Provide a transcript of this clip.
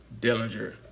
Dillinger